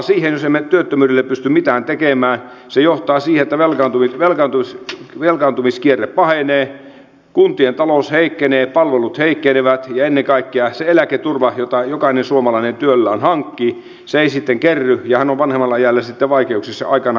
jos emme työttömyydelle pysty mitään tekemään niin sehän johtaa siihen että velkaantumiskierre pahenee kuntien talous heikkenee palvelut heikkenevät ja ennen kaikkea se eläketurva jota jokainen suomalainen työllään hankkii ei sitten kerry ja hän on vanhemmalla iällä sitten vaikeuksissa aikanaan kun eläkkeelle jää